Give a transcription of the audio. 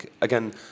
again